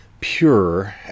pure